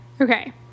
Okay